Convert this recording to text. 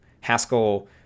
Haskell